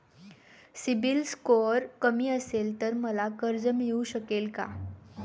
CIBIL score कमी असेल तर मला कर्ज मिळू शकेल का?